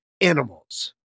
Animals